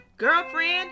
girlfriend